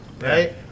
right